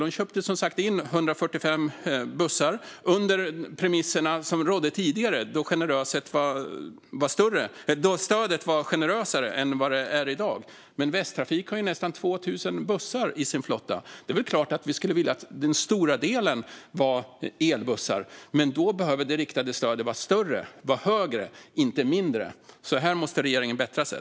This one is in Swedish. De köpte som sagt in 145 bussar på de premisser som rådde tidigare, då stödet var generösare än vad det är i dag. Men Västtrafik har ju nästan 2 000 bussar i sin flotta. Det är klart att vi skulle vilja att den stora delen var elbussar, men då behöver det riktade stödet vara större - inte mindre. Här måste regeringen bättra sig.